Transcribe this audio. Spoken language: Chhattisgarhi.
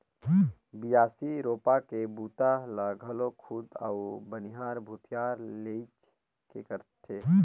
बियासी, रोपा के बूता ल घलो खुद अउ बनिहार भूथिहार लेइज के करथे